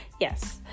yes